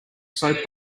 soap